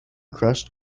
crushed